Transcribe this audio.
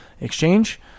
Exchange